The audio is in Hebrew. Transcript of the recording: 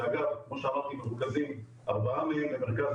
שאגב כמו שאמרתי מרוכזים ארבעה מהם במרכז